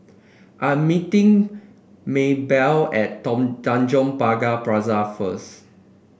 I'm meeting Maebell at Tanjong Pagar Plaza first